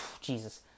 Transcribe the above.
Jesus